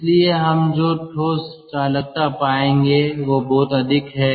इसलिए हम जो ठोस चालकता पाएंगे वह बहुत अधिक है